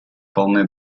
полны